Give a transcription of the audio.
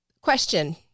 question